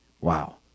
Wow